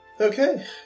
Okay